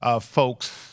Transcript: folks